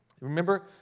Remember